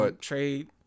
trade